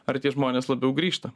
ar tie žmonės labiau grįžta